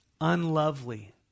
Unlovely